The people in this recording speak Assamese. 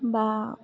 বা